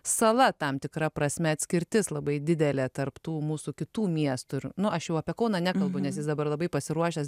sala tam tikra prasme atskirtis labai didelė tarp tų mūsų kitų miestų ir nu aš jau apie kauną nekalbu nes jis dabar labai pasiruošęs